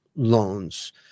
loans